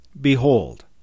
Behold